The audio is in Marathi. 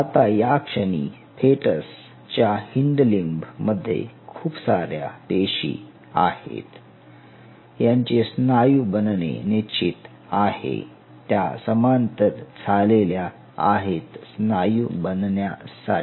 आता या क्षणी फेटस च्या हिंड लिंब मध्ये खूप साऱ्या पेशी आहेत यांचे स्नायू बनणे निश्चित आहे त्या समांतर झालेल्या आहेत स्नायू बनविण्यासाठी